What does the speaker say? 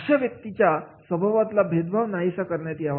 अशा व्यक्तींच्या स्वभावातला भेदभाव नाहीसा करण्यात यावा